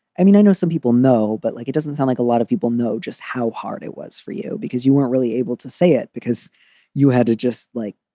i mean, i know some people know, but like, it doesn't sound like a lot of people know just how hard it was for you because you weren't really able to say it because you had to just, like,